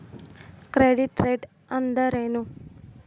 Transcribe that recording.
Credit rate ಅಂದರೆ ಏನು?